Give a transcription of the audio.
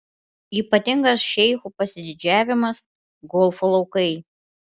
ypatingas šeichų pasididžiavimas golfo laukai